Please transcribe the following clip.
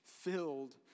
filled